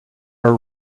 are